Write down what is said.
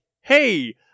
hey